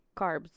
carbs